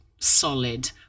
solid